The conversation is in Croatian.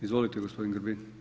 Izvolite gospodine Grbin.